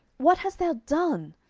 what hast thou done?